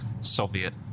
Soviet